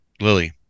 Lily